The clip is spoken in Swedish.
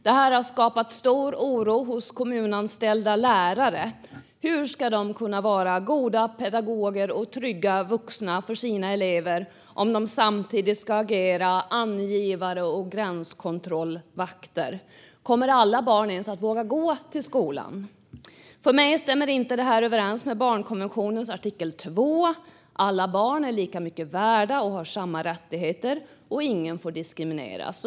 Det här har skapat stor oro hos kommunanställda lärare. Hur ska de kunna vara goda pedagoger och trygga vuxna för sina elever om de samtidigt ska agera angivare och gränskontrollvakter? Kommer alla barn ens att våga gå till skolan? För mig stämmer inte det här överens med barnkonventionens artikel 2: Alla barn är lika mycket värda och har samma rättigheter, och ingen får diskrimineras.